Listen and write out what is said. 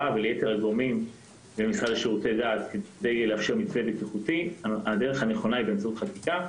וליתר הגורמים כדי לאפשר מתווה בטיחותי היא באמצעות חקיקה.